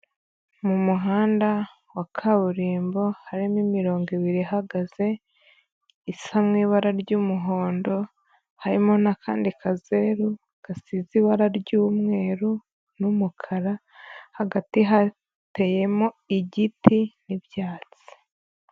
Mu muhanda wa kaburimbo harimo imirongo ibiri ihagaze isa nk'ibara ry'umuhondo, harimo n'akandi kazeru gasize ibara ry'umweru n'umukara, hagati hateyemo igiti n'ibyatsi.